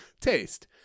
Taste